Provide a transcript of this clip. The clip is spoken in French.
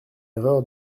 erreur